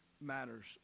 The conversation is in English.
matters